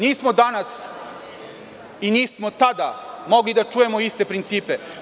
Nismo danas i nismo tada mogli da čujemo iste principe.